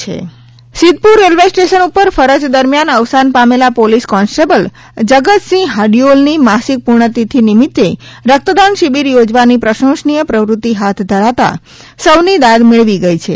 અનોખો રકતદાન camp Siddhpur railway station ઉપર ફરજ દરમ્યાન અવસાન પામેલા પોલિસ કોંસ્ટેબલ જગતસિંહ હાડિયોલ ની માસિક પુષ્યતિથિ નિમિતે રક્તદાન શિબિર યોજવાની પ્રશંશ્ય પ્રવૃતિ હાથ ધરતા સૌની દાદ મેળવી ગઈ છે